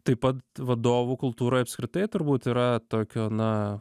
taip pat vadovų kultūroj apskritai turbūt yra tokio na